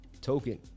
token